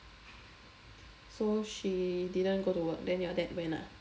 so she didn't go to work then your dad went ah